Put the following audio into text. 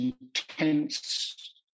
intense